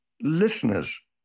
listeners